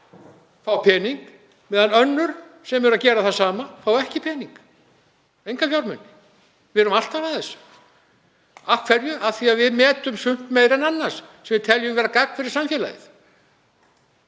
fá pening, meðan önnur sem eru að gera það sama fá ekki pening, enga fjármuni. Við erum alltaf að þessu. Af hverju? Af því að við metum sumt meira en annað sem við teljum til gagns fyrir samfélagið